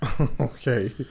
Okay